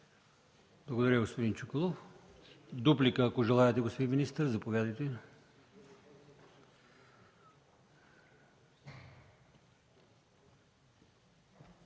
Благодаря, господин Чуколов. Дуплика, ако желаете, господин министър. Заповядайте.